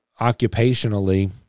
Occupationally